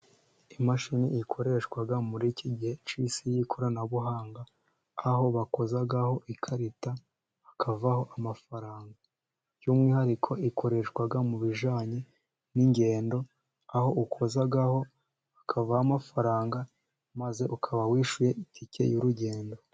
Imashini ikoreshwa muri iki gihe cy'isi y'ikoranabuhanga. Aho bakozaho ikarita, hakavaho amafaranga. By'umwihariko ikoreshwa mu bijyanye n'ingendo, aho ukozaho hakavaho amafaranga, maze ukaba wishyuye itike y'urugendo.